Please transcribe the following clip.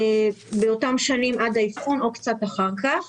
באותן שנים עד העדכון או קצת אחרי כן.